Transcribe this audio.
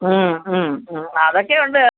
മ്മ് മ്മ് മ്മ് അതൊക്കെയുണ്ട്